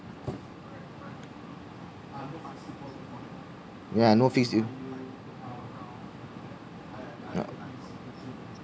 yeah no fixed due no